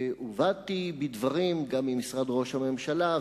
ובאתי בדברים גם עם משרד ראש הממשלה,